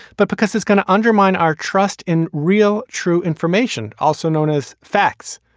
but because it's going to undermine our trust in real true information, also known as facts.